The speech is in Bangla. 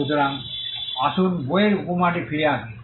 সুতরাং আসুন বইয়ের উপমাটি ফিরে আসি